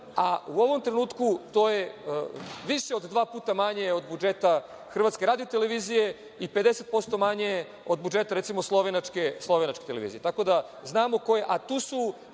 a u ovom trenutku to je više od dva puta manje od budžeta HRT i 50% manje od budžeta, recimo, slovenačke televizije.